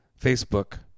Facebook